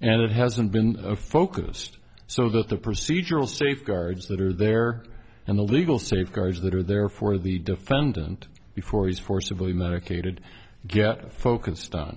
and it hasn't been focused so that the procedural safeguards that are there and the legal safeguards that are there for the defendant before he's forcibly medicated get focused on